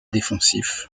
défensif